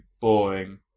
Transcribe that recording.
boring